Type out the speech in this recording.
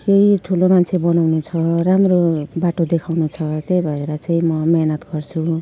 केही ठुलो मान्छे बनाउनु छ राम्रो बाटो देखाउनु छ त्यही भएर चाहिँ म मेहनत गर्छु